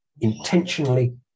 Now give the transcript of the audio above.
intentionally